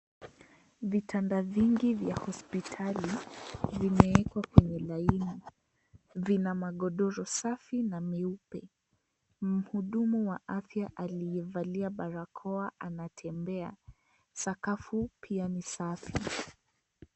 Vitanda vingi vya hospitali, vimeekwa kwenye laini. Vina magodoro safi na meupe. Mhudumu wa afya aliyevalia barakoa anatembea. Sakafu pia ni safi.